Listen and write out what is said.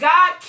God